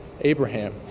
Abraham